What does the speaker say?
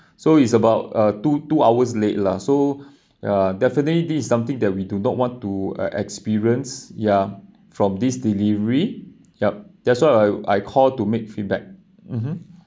so is about uh two two hours late lah so ya definitely this is something that we do not want to uh experience ya from this delivery yup that's why I I call to make feedback mmhmm